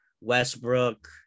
Westbrook